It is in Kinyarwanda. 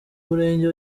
murenge